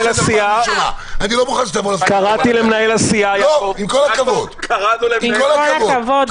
עם כל הכבוד,